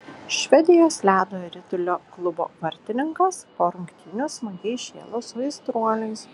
švedijos ledo ritulio klubo vartininkas po rungtynių smagiai šėlo su aistruoliais